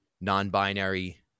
non-binary